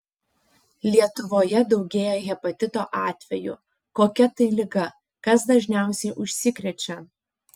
lietuvoje daugėja hepatito atvejų kokia tai liga kas dažniausiai užsikrečia